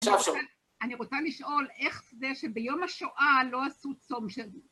אני רוצה לשאול, איך זה שביום השואה לא עשו צום שלנו?